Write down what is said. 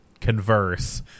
converse